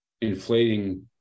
inflating